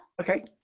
okay